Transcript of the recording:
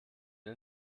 den